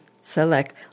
select